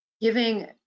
giving